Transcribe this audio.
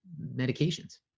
medications